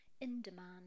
in-demand